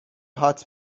هات